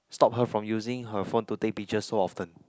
stop her from using her phone to take pictures so often